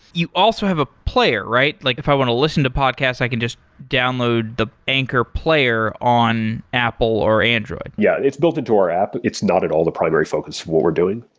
you also have a player, right? like if i want to listen to podcasts, i can just download the anchor player on apple or android. yeah. it's built into our app. it's not at all the primary focus for what we're doing.